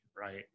right